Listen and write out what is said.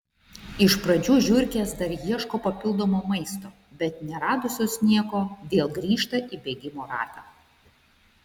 iš pradžių žiurkės dar ieško papildomo maisto bet neradusios nieko vėl grįžta į bėgimo ratą